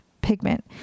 pigment